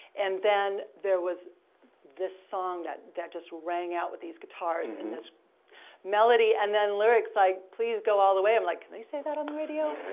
and then there was this song that that just rang out with these guitars and this melody and then lyrics like, please go all the way. i'm like, can they say that on the radio?